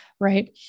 right